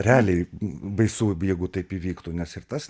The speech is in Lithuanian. realiai baisu jeigu taip įvyktų nes ir tas